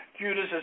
Judas